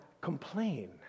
complain